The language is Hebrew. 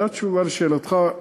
זו התשובה על שאלתך,